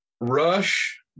rush